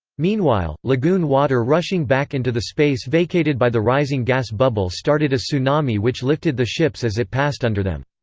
meanwhile, lagoon water rushing back into the space vacated by the rising gas bubble started a tsunami which lifted the ships as it passed under them.